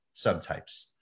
subtypes